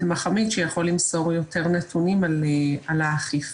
מחאמיד שיכול למסור יותר נתונים על האכיפה.